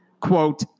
quote